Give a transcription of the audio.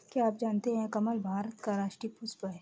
क्या आप जानते है कमल भारत का राष्ट्रीय पुष्प है?